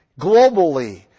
globally